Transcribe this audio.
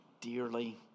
dearly